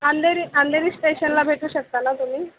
अंधेरी अंधेरी स्टेशनला भेटू शकता ना तुम्ही